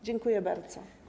Dziękuję bardzo.